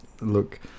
Look